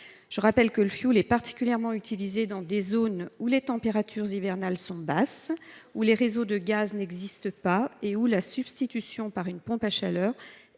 Je rappelle que le fioul est particulièrement utilisé dans des zones où les températures hivernales sont basses, où les réseaux de gaz n’existent pas et où la substitution par une pompe à chaleur